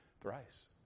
thrice